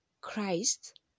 Christ